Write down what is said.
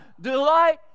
Delight